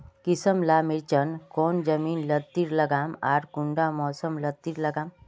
किसम ला मिर्चन कौन जमीन लात्तिर लगाम आर कुंटा मौसम लात्तिर लगाम?